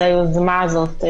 על היוזמה הזאת.